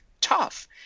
tough